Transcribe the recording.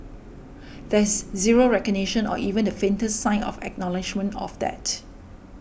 there's zero recognition or even the faintest sign of acknowledgement of that